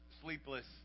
sleepless